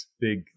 big